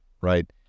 right